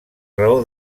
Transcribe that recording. raó